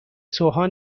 سوهان